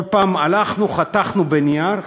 כל פעם חתכנו בנייר,